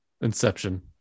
Inception